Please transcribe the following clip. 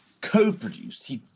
co-produced